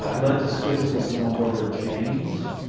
um led to schism with his own brother james,